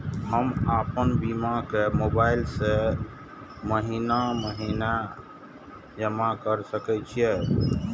हम आपन बीमा के मोबाईल से महीने महीने जमा कर सके छिये?